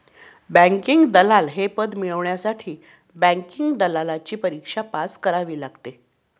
banking दलाल हे पद मिळवण्यासाठी बँकिंग दलालची परीक्षा पास करावी लागते